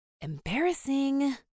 Embarrassing